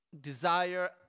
desire